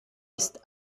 ist